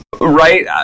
Right